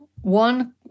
one